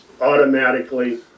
automatically